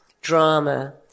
Drama